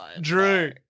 Drew